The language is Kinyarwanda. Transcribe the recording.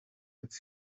bya